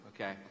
okay